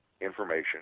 information